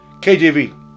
KJV